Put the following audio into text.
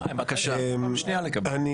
חבל שגלעד הלך, כי אני